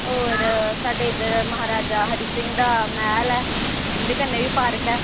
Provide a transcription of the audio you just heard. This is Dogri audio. होर साढ़े इद्धर महाराजा हरि सिंह दा मैह्ल ऐ उंदे कन्नेै गै पार्क ऐ